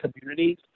communities